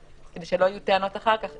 שכדי שלא יהיו טענות אחר כך,